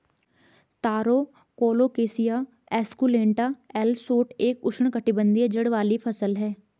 तारो colocasia esculenta L Schott एक उष्णकटिबंधीय जड़ वाली फसल है